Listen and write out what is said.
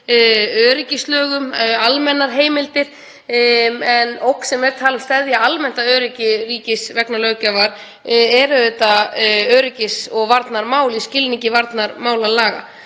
öryggislögum, almennar heimildir, en ógn sem er talin steðja almennt að öryggi ríkis vegna löggjafar er auðvitað öryggis- og varnarmál í skilningi varnarmálalaga.